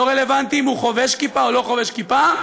לא רלוונטי אם הוא חובש כיפה או לא חובש כיפה,